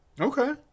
Okay